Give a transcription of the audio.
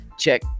check